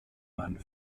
man